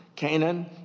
Canaan